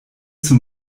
zum